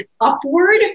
upward